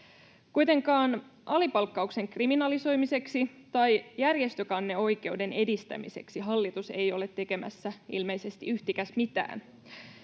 Kuitenkaan alipalkkauksen kriminalisoimiseksi tai järjestökanneoikeuden edistämiseksi hallitus ei ole tekemässä ilmeisesti yhtikäs mitään.